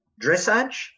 dressage